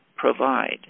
Provide